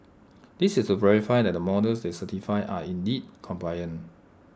this is to verify that the models they certified are indeed compliant